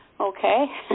okay